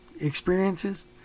experiences